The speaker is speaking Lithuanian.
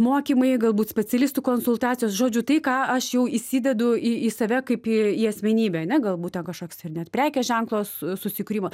mokymai galbūt specialistų konsultacijos žodžiu tai ką aš jau įsidedu į į save kaip į į asmenybę ane galbūt ten kažkoks ir net prekės ženklo su susikūrimo